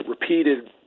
repeated